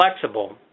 flexible